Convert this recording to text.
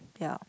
ya